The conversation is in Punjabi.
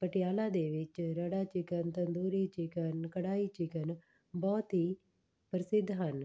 ਪਟਿਆਲਾ ਦੇ ਵਿੱਚ ਰੜਾ ਚਿਕਨ ਤੰਦੂਰੀ ਚਿਕਨ ਕੜਾਹੀ ਚਿਕਨ ਬਹੁਤ ਹੀ ਪ੍ਰਸਿੱਧ ਹਨ